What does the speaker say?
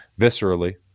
viscerally